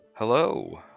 Hello